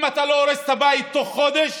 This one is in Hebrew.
אם אתה לא הורס את הבית תוך חודש,